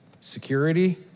security